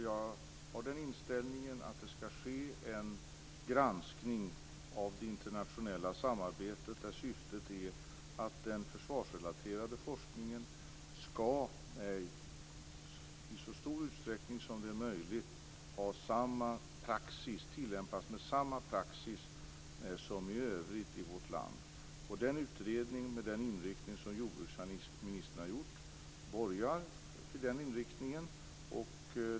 Jag har inställningen att det skall ske en granskning av det internationella samarbetet, där syftet är att den försvarsrelaterade forskningen skall i så stor utsträckning som möjligt tillämpas enligt samma praxis som i övrigt i vårt land. Den utredning med den inriktning som jordbruksministern har gjort borgar för detta.